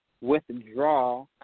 withdraw